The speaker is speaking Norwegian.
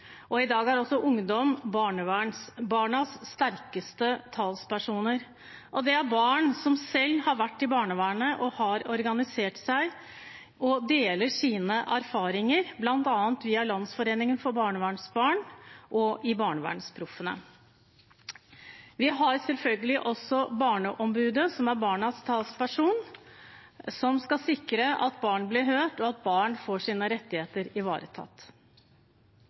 og i dag er også ungdom barnevernsbarnas sterkeste talspersoner. Det er barn som selv har vært i barnevernet, har organisert seg og deler sine erfaringer, bl.a. via Landsforeningen for barnevernsbarn og i BarnevernsProffene. Vi har selvfølgelig også Barneombudet, som er barnas talsperson og skal sikre at barn blir hørt, og at barn får sine rettigheter ivaretatt.